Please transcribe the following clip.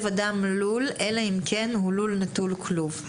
אדם לול אלא אם כן הוא לול נטול כלוב".